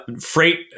freight